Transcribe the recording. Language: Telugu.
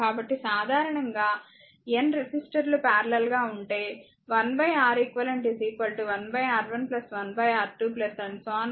కాబట్టి సాధారణంగా N రెసిస్టర్లు పారలెల్ గా ఉంటే 1 R eq 1 R1 1 R2